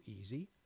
easy